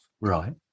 Right